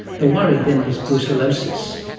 the worry then was brucellosis,